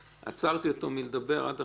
שעצרתי אותו מלדבר עד עכשיו.